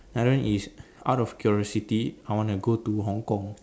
another is out of curiosity I wanna go to Hong-Kong